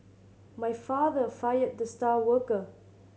my father fired the star worker